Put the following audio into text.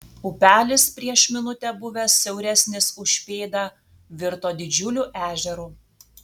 upelis prieš minutę buvęs siauresnis už pėdą virto didžiuliu ežeru